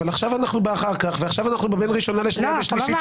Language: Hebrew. אבל עכשיו אנחנו באחר כך ועכשיו אנחנו בין ראשונה לשנייה ושלישית